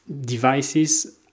devices